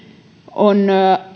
on